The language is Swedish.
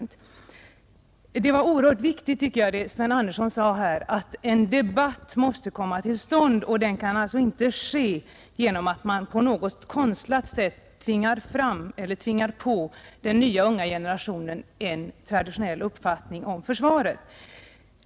Jag tycker att det var oerhört viktigt vad Sven Andersson här sade, nämligen att en debatt måste komma till stånd. Den debatten kan inte ske genom att man på konstlat sätt tvingar på den unga generationen en traditionell uppfattning om försvaret.